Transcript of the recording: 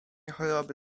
choroby